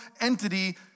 entity